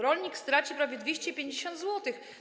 Rolnik straci prawie 250 zł.